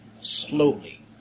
slowly